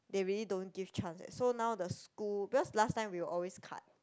they really don't give chance eh so now the school because last time we will always cut